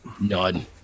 None